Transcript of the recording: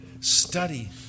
study